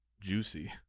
juicy